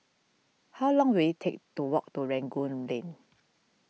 how long will it take to walk to Rangoon Lane